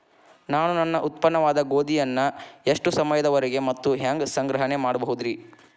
ನಾನು ನನ್ನ ಉತ್ಪನ್ನವಾದ ಗೋಧಿಯನ್ನ ಎಷ್ಟು ಸಮಯದವರೆಗೆ ಮತ್ತ ಹ್ಯಾಂಗ ಸಂಗ್ರಹಣೆ ಮಾಡಬಹುದುರೇ?